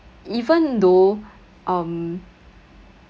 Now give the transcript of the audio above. even though um